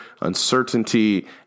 uncertainty